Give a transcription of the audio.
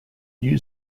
new